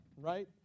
Right